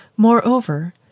Moreover